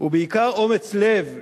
ובעיקר אומץ לב,